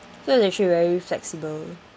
so it's actually very flexible